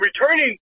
returning